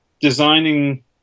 designing